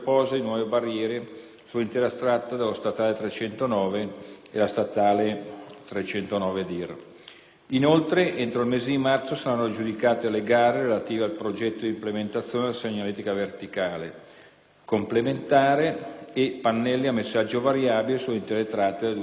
sull'intera tratta della statale 309 e la statale 309-dir. Inoltre, entro il mese di marzo saranno aggiudicate le gare relative al progetto di implementazione della segnaletica verticale, complementare e pannelli a messaggio variabile sulle intere tratte delle due statali suddette.